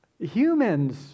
Humans